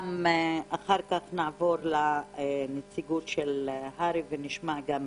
אחר כך נעבור לנציגות הר"י ונשמע גם מהם.